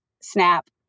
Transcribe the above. Snap